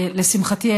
לשמחתי,